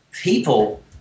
people